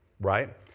Right